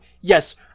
yes